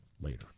later